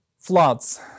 Floods